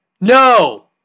No